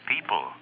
people